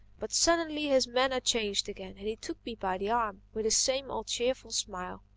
but suddenly his manner changed again and he took me by the arm with his same old cheerful smile.